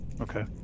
Okay